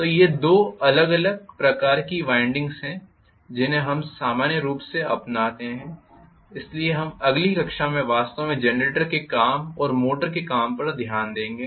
तो ये दो अलग अलग प्रकार की वाइंडिंग्स हैं जिन्हें हम सामान्य रूप से अपनाते हैं इसलिए हम अगली कक्षा में वास्तव में जनरेटर के काम और मोटर के काम पर ध्यान देंगे